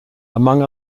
among